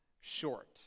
short